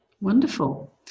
Wonderful